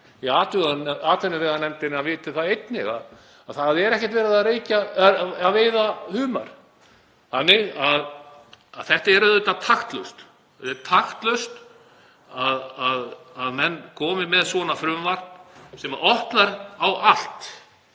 í atvinnuveganefnd viti það einnig að það er ekkert verið að veiða humar þannig að þetta er auðvitað taktlaust. Það er taktlaust að menn komi með svona frumvarp sem opnar á allt.